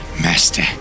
master